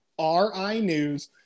rinews